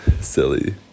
silly